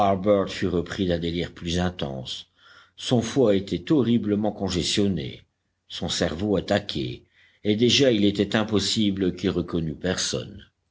harbert fut repris d'un délire plus intense son foie était horriblement congestionné son cerveau attaqué et déjà il était impossible qu'il reconnût personne